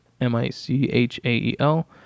M-I-C-H-A-E-L